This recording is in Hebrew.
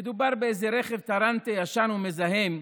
מדובר באיזה רכב טרנטה ישן ומזהם,